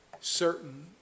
certain